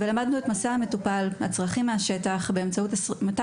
למדנו את מסע המטופל והצרכים מהשטח באמצעות 250